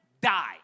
die